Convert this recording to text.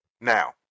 Now